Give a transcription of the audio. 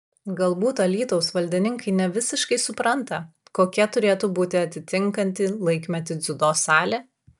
galbūt alytaus valdininkai ne visiškai supranta kokia turėtų būti atitinkanti laikmetį dziudo salė